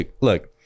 look